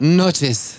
noches